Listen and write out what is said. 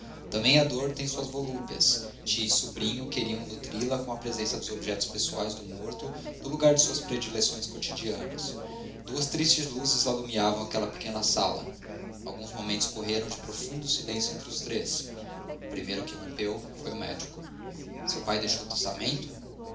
também a dor tem suas volúpias tia e sobrinho queriam nutri la com a presença dos objetos pessoais do morto no lugar de suas predileções cotidianas duas tristes luzes alumiavam aquela pequena sala alguns momentos correram de profundo silêncio entre os três o primeiro que o rompeu foi o médico seu pai deixou testamento